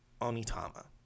Onitama